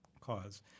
cause